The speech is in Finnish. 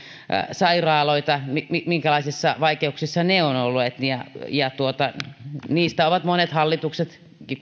sairaaloita minkälaisissa vaikeuksissa ne ovat olleet niistä kuten koulutuksestakin ovat monet hallitukset